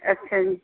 ਅੱਛਾ ਜੀ